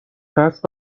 قصد